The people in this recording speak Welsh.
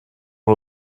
nhw